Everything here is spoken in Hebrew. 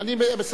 אני קורא לה.